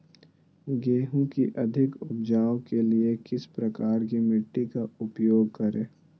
गेंहू की अधिक उपज के लिए किस प्रकार की मिट्टी का उपयोग करे?